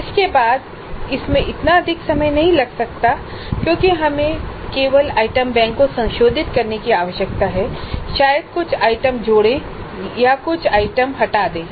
इसके बाद इसमें इतना अधिक समय नहीं लग सकता है क्योंकि हमें केवल आइटम बैंक को संशोधित करने की आवश्यकता है शायद कुछ आइटम जोड़ें कुछ आइटम हटा दें